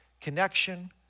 connection